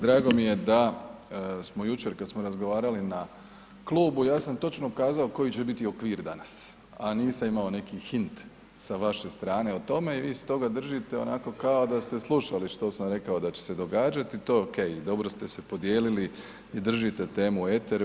Drago mi je da smo jučer kad smo razgovarali na klubu, ja sam točno kazao koji će biti okvir danas a nisam imao neki hint sa vaše strane o tome i vi se toga držite onako kao da ste slušali što sam rekao da će se događati, to je ok i dobro ste se podijelili i držite temu u eteru.